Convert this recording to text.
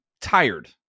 tired